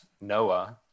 Noah